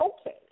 okay